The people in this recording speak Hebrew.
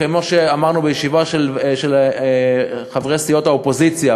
כמו שאמרנו בישיבה של חברי סיעות האופוזיציה,